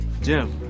Jim